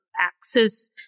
access